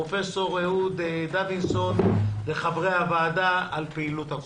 פרופ' אהוד דודסון לחברי הוועדה על פעילות הקופה.